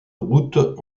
routes